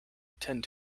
attend